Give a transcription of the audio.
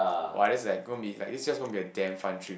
!wah! that's like going be like this is just going be a damn fun trip